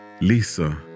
Lisa